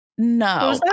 No